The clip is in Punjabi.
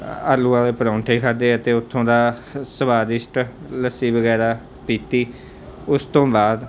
ਆਲੂਆਂ ਦੇ ਪਰੌਂਠੇ ਹੀ ਖਾਧੇ ਅਤੇ ਉੱਥੋਂ ਦਾ ਸਵਾਦਿਸ਼ਟ ਲੱਸੀ ਵਗੈਰਾ ਪੀਤੀ ਉਸ ਤੋਂ ਬਾਅਦ